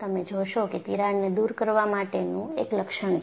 તમે જોશો કે તિરાડને દુર કરવા માટેનું એક લક્ષણ છે